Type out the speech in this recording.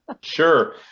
Sure